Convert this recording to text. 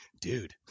dude